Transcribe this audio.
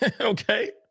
Okay